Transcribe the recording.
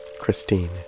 Christine